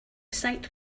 site